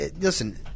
listen